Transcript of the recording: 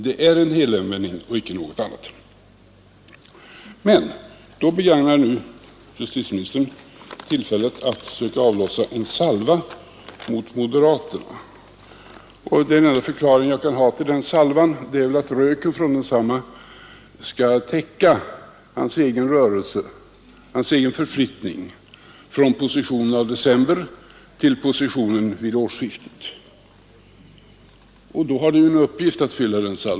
Det är en helomvändning och icke någonting annat. Men nu begagnar justitieministern tillfället att avlo: moderaterna. Den enda förklaring jag kan ha till den salvan är att röken från densamma skall täcka hans egen förflyttning från positionen av december till positionen vid årsskiftet. Då har ju salvan en uppgift att fylla.